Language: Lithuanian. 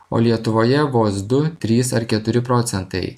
o lietuvoje vos du trys ar keturi procentai